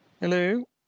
Hello